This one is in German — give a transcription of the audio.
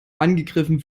angegriffen